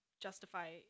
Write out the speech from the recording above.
justify